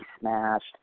smashed